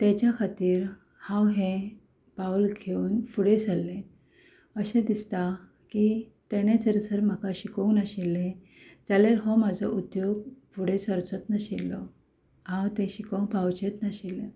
ताच्या खातीर हांव हें पावल घेवन फुडें सरलें अशें दिसता की तेणें जरी तर म्हाका शिकोवंक नाशिल्लें जाल्यार हो म्हजो उद्द्योग फुडें सरचोच नाशिल्लो हांव तें शिकूंक पावचेंच नाशिल्लें